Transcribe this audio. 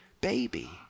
baby